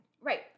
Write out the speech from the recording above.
Right